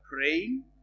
praying